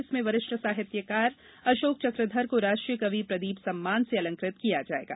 इसमें वरिष्ठ साहित्यकार अशोक चकधर को राष्ट्रीय कवि प्रदीप सम्मान से अलंकृत किया जायेगा